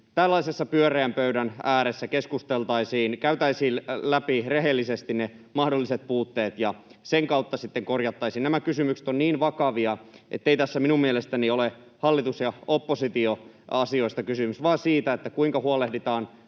tällaisen pyöreän pöydän ääressä keskusteltaisiin, käytäisiin läpi rehellisesti ne mahdolliset puutteet ja sen kautta sitten korjattaisiin. Nämä kysymykset ovat niin vakavia, ettei tässä minun mielestäni ole hallitus‑ ja oppositioasioista kysymys vaan siitä, kuinka huolehditaan